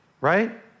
right